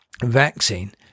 vaccine